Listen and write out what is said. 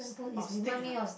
oh steak !huh!